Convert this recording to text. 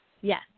yes